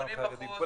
גם החרדים,